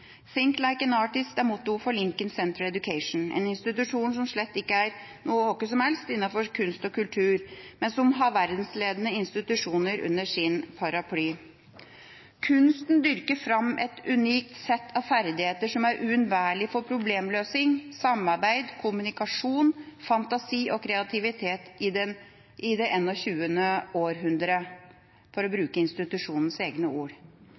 er mottoet for Lincoln Center Education, en ikke hvilken som helst institusjon innenfor kunst og kultur, som har verdensledende institusjoner under sin paraply. Kunsten dyrker fram et unikt sett av ferdigheter som er uunnværlige for problemløsing, samarbeid, kommunikasjon, fantasi og kreativitet i det 21. århundret, for å bruke institusjonens egne ord.